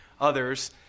others